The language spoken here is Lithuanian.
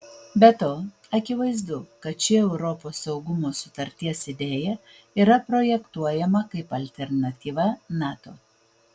be to akivaizdu kad ši europos saugumo sutarties idėja yra projektuojama kaip alternatyva nato